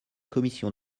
commission